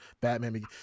batman